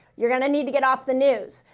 you're going to need to get off the news.